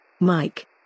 Mike